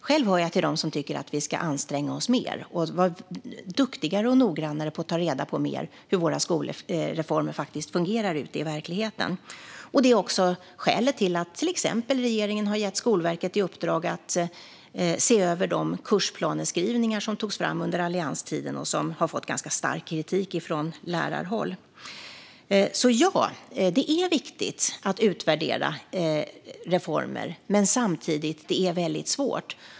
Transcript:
Själv hör jag till dem som tycker att vi ska anstränga oss mer och vara duktigare och noggrannare när det gäller att ta reda på mer om hur våra skolreformer faktiskt fungerar ute i verkligheten. Detta är också skälet till att regeringen till exempel har gett Skolverket i uppdrag att se över de kursplaneskrivningar som togs fram under allianstiden och som har fått ganska stark kritik från lärarhåll. Så ja, det är viktigt att utvärdera reformer, men det är samtidigt väldigt svårt.